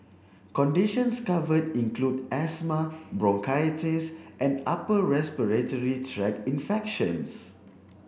conditions covered include asthma bronchitis and upper respiratory tract infections